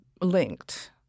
linked